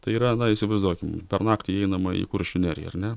tai yra na įsivaizduokim per naktį įeinama į kuršių neriją ar ne